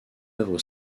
œuvre